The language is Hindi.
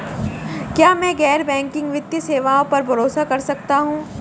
क्या मैं गैर बैंकिंग वित्तीय सेवाओं पर भरोसा कर सकता हूं?